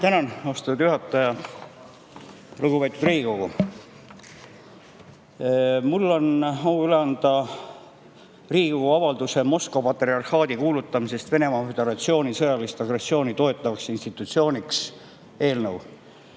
Tänan, austatud juhataja! Lugupeetud Riigikogu! Mul on au üle anda Riigikogu avalduse "Moskva patriarhaadi kuulutamisest Venemaa Föderatsiooni sõjalist agressiooni toetavaks institutsiooniks" eelnõu.